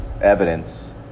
evidence